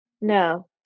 no